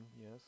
yes